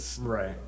right